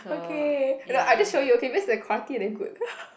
okay I just show you okay because the quality damn good